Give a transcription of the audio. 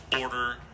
order